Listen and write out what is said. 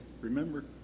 remember